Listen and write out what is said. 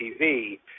TV